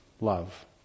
love